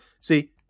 See